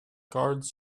guards